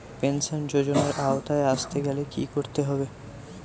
Pension যজোনার আওতায় আসতে গেলে কি করতে হবে?